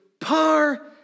par